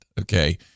okay